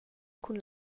cun